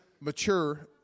Mature